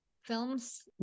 films